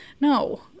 No